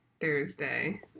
Thursday